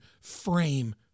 frame